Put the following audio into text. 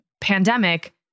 pandemic